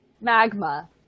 magma